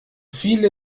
viele